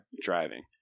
driving